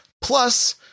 plus